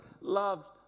loved